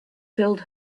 filled